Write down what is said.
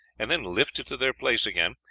and then lifted to their place again,